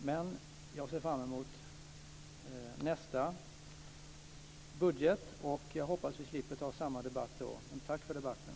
Men jag ser fram emot nästa budget, och jag hoppas att vi slipper ta samma debatt då. Tack för debatten!